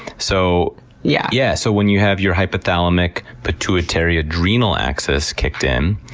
so yeah yeah so when you have your hypothalamic pituitary adrenal access kicked in,